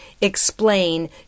explain